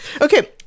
Okay